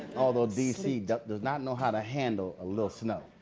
although dc does not know how to handle a little snow.